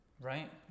Right